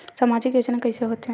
सामजिक योजना कइसे होथे?